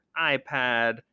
iPad